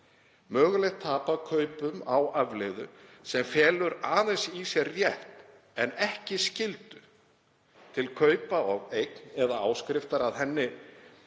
Mögulegt tap af kaupum á afleiðu sem felur aðeins í sér rétt, en ekki skyldu, til kaupa á eign eða áskriftar að henni